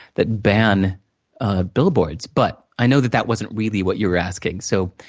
that ban ah billboards. but, i know that that wasn't really what you were asking. so,